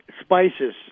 spices